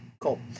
cool